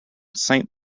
saint